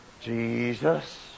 Jesus